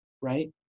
right